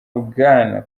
bwana